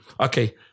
Okay